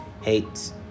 hates